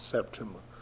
September